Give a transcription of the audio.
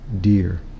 dear